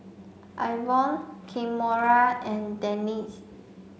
Ivonne Kimora and Denese